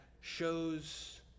shows